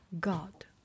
God